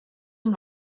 amb